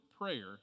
prayer